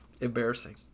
Embarrassing